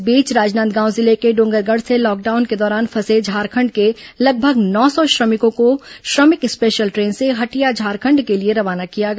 इस बीच राजनांदगांव जिले के डोंगरगढ़ से लॉकडाउन के दौरान फंसे झारखंड के लगभग नौ सौ श्रमिकों को श्रमिक स्पेशल ट्रेन से हटिया झारखंड के लिए रवाना किया गया